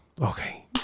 Okay